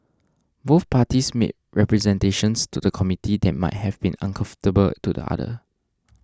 both parties made representations to the committee that might have been uncomfortable to the other